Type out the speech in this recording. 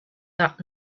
that